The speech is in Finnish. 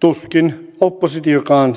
tuskin oppositiokaan